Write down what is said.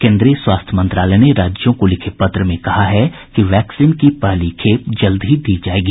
केन्द्रीय स्वास्थ्य मंत्रालय ने राज्यों को लिखे पत्र में कहा है कि वैक्सीन की पहली खेप जल्द ही दी जायेगी